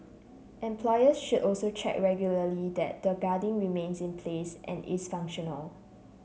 employers should also check regularly that the guarding remains in place and is functional